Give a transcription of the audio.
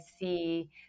see